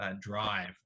drive